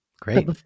Great